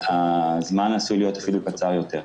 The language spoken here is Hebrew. הזמן עשוי להיות אפילו קצר יותר,